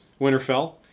Winterfell